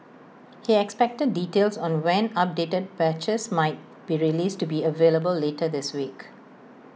he expected details on when updated patches might be released to be available later this week